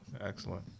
excellent